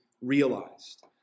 realized